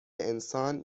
انسان